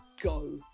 go